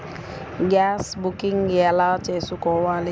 Gas booking ఎలా చేసుకోవాలి?